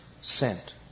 sent